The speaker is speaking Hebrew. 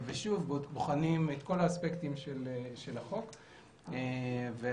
ושוב בוחנים את כל האספקטים של החוק והתקנות.